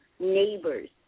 neighbors